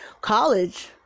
college